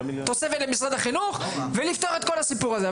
תוספת למשרד החינוך ולפתור את כל הסיפור הזה.